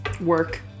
work